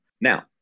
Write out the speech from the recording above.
Now